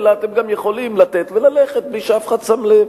אלא גם אתם יכולים לתת וללכת בלי שאף אחד שם לב?